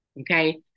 okay